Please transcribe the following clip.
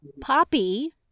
Poppy